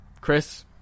Chris